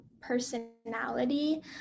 personality